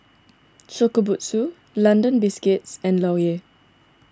Shokubutsu London Biscuits and Laurier